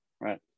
right